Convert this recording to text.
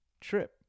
Trip